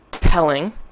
telling